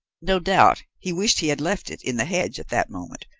no doubt he wished he had left it in the hedge at that moment,